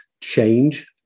change